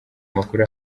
makuru